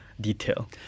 detail